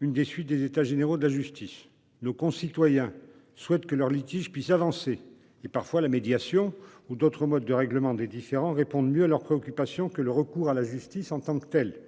l'une des suites des États généraux de la justice. Nos concitoyens souhaitent que leurs litiges puissent avancer. Or, parfois, la médiation ou d'autres modes de règlement des différends répondent mieux à leurs préoccupations que le recours à la justice en tant que telle.